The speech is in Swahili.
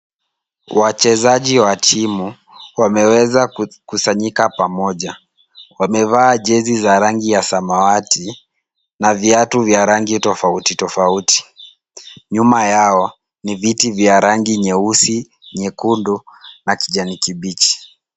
Wachezaji wa timu wameweza kukusanyika pamoja. Wamevaa jezi za rangi ya samawati na viatu vya rangi tofauti tofauti. Nyuma yao ni viti vya rangi nyeusi, nyekundu na kijani kibichi.